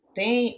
tem